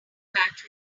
match